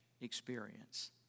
experience